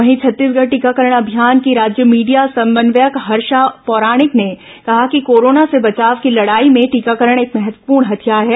वहीं छत्तीसगढ़ टीकाकरण अभियान की राज्य मीडिया समन्वयक हर्षा पौराणिक ने कहा कि कोरोना से बचाव की लड़ाई में टीकाकरण एक महत्वपूर्ण हथियार है